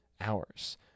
hours